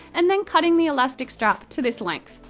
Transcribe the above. and then cutting the elastic strap to this length.